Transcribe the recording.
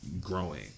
growing